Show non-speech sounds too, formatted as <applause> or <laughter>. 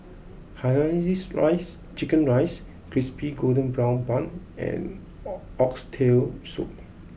Hainanese Rice Chicken Rice Crispy Golden Brown Bun and <noise> Oxtail Soup